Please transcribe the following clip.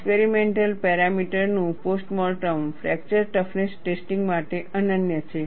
experimental parameter નું post mortem fracture toughness testing માટે અનન્ય છે